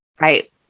right